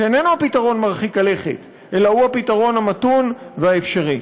שאיננו הפתרון מרחיק הלכת אלא הוא הפתרון המתון והאפשרי.